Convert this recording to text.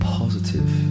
positive